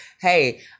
Hey